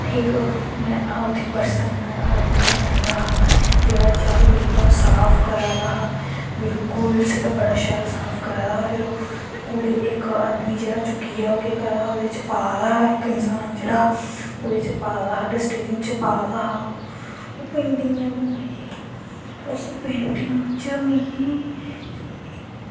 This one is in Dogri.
इक में उत्तें पर्सन आदमी बनाए दा हा जेह्ड़ा झाड़ू लेईयै ओह् साफ करा दा हा बिल्कुल शैल साफ करा दा हा कूड़े इक आदमी केह् करा दा हा चुक्कियै ओह्दे च पा दा हा इक इंसान जेह्ड़ा उस च पा दा हा डस्टबिन च पा दा हा ओह् पेंटिंग में बनाई ही उस पेंटिंग च मिगी